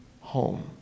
home